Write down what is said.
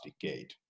decade